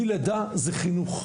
מלידה זה חינוך.